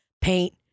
paint